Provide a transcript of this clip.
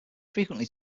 frequently